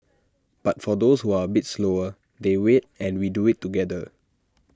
but for those who are bit slower they wait and we do IT together